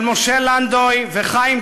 אם תרים יד על בג"ץ של משה לנדוי וחיים כהן,